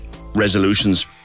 resolutions